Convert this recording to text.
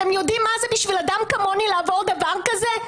אתם יודעים מה זה בשביל אדם כמוני לעבור דבר כזה?